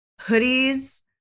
hoodies